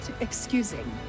excusing